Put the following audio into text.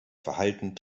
verhalten